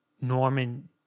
norman